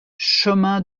chemin